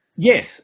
Yes